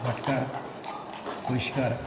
भाटकार पयशेंकार